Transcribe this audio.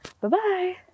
Bye-bye